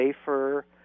safer